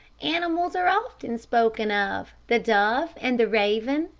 animals are often spoken of. the dove and the raven,